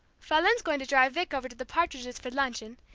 fraulein's going to drive vic over to the partridges' for luncheon,